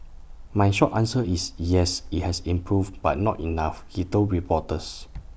my short answer is yes IT has improved but not enough he told reporters